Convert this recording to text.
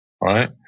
right